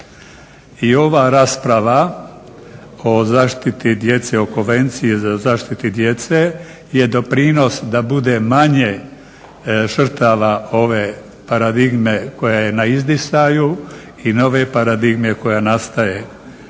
I ova rasprava o zaštiti djece, o Konvenciji za zaštitu djece je doprinos da bude manje žrtava ove paradigme koja je na izdisaju i nove paradigme koja nastaju.